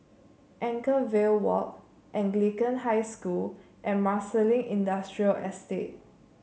Anchorvale Walk Anglican High School and Marsiling Industrial Estate